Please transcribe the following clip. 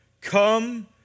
come